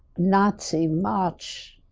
nazi march,